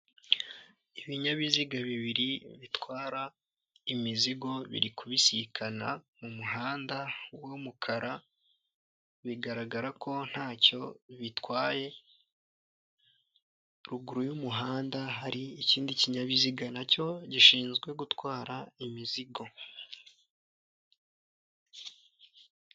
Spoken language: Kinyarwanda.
Ibinyabiziga bibiri bitwara imizigo biri kubisikana mumuhanda wumukara, bigaragara ko ntacyo bitwaye. Ruguru y'umuhanda hari ikindi kinyabiziga nacyo gishinzwe gutwara imizigo.